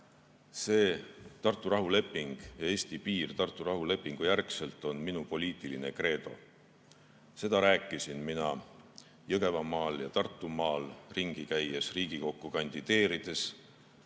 saa. Tartu rahuleping ja Eesti piir Tartu rahulepingu järgselt on minu poliitiline kreedo. Seda rääkisin mina Jõgevamaal ja Tartumaal ringi käies, kui Riigikokku kandideerisin.